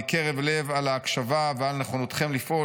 "מקרב לב על ההקשבה ועל נכונותכם לפעול